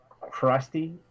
crusty